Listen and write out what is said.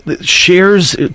shares